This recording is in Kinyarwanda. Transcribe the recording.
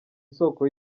isoko